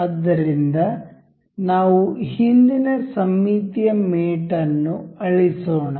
ಆದ್ದರಿಂದ ನಾವು ಹಿಂದಿನ ಸಮ್ಮಿತೀಯ ಮೇಟ್ ಅನ್ನು ಅಳಿಸೋಣ